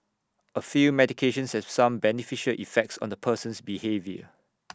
A few medications have some beneficial effects on the person's behaviour